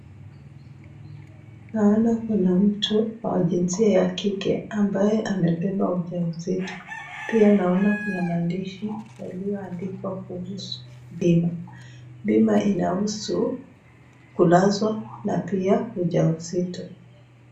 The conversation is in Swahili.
Naona kuna mtu wa jinsia ya kike ambaye amebeba ujauzito. Pia naona kuna maandishi yaliyoandikwa kuhusu bima. Bima inahusu kulazwa na pia ujauzito.